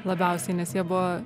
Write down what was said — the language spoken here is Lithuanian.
labiausiai nes jie buvo